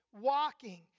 Walking